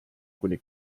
kuni